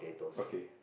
okay